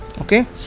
okay